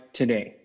today